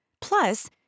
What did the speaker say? Plus